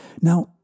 Now